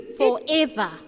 forever